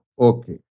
Okay